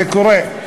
זה קורה,